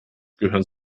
gehören